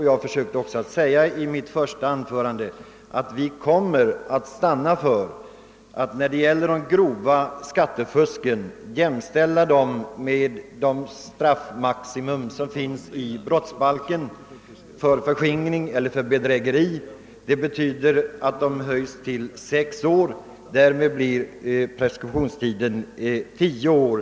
Jag försökte också i mitt första anförande säga att vi kommer att stanna för att jämställa straffmaximum för grovt skattefusk med det straffmaximum som enligt brottsbalken gäller för förskingring eller för bedrägeri. Det betyder att straffmaximum höjs till sex år, och därmed blir preskriptionstiden tio år.